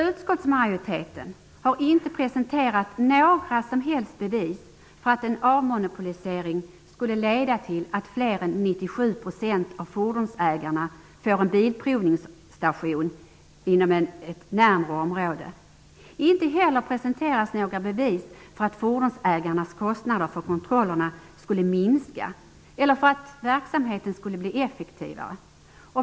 Utskottsmajoriteten har inte presenterat några som helst bevis för att en avmonopolisering skulle leda till att fler än 97 % av fordonsägarna får en bilprovningsstation inom ett närmare område. Inte heller presenteras några bevis för att fordonsägarnas kostnader för kontrollerna skulle minska eller för att verksamheten skulle bli effektivare.